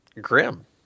grim